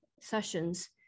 sessions